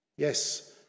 Yes